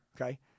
Okay